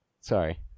sorry